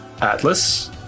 Atlas